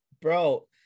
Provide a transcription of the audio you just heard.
bro